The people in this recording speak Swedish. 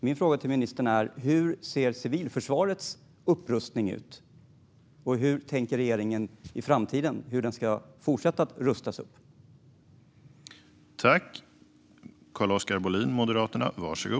Min fråga till ministern är hur civilförsvarets upprustning ser ut och hur regeringen tänker att det ska fortsätta rustas upp i framtiden.